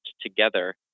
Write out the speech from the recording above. together